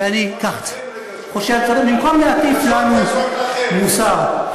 במקום להטיף לנו מוסר.